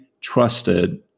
trusted